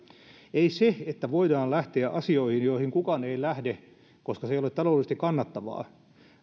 ei se että voidaan lähteä asioihin joihin kukaan muu ei lähde koska se ei ole taloudellisesti kannattavaa